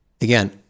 Again